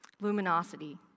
Luminosity